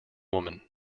woman